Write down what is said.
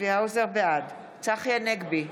בעד צחי הנגבי,